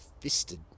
fisted